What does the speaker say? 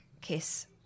kiss